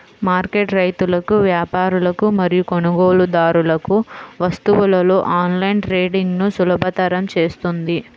market రైతులకు, వ్యాపారులకు మరియు కొనుగోలుదారులకు వస్తువులలో ఆన్లైన్ ట్రేడింగ్ను సులభతరం చేస్తుంది